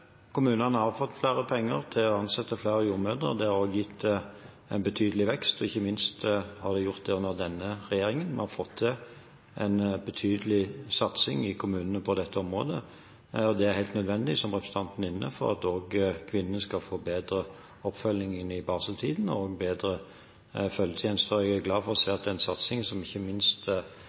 Kommunene har fått flere penger til å ansette flere jordmødre. Det har også gitt en betydelig vekst, ikke minst med det denne regjeringen har fått til med en betydelig satsing i kommunene på dette området. Det er helt nødvendig, som representanten er inne på, for at kvinnene skal få bedre oppfølging i barseltiden og en bedre tjeneste. Jeg er glad for å se at den satsingen, som ikke minst